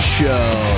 show